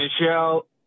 Michelle